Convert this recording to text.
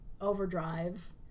Overdrive